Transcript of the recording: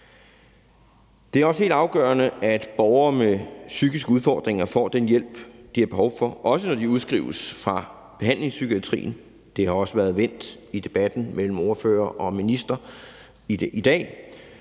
Det er også helt afgørende, at borgere med psykiske udfordringer får den hjælp, de har behov for, også når de udskrives fra behandlingspsykiatrien – det har også været vendt i debatten mellem ordførerne og ministeren i dag